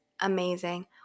amazing